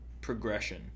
progression